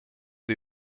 wir